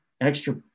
extra